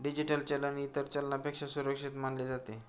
digital चलन इतर चलनापेक्षा सुरक्षित मानले जाते